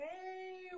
Hey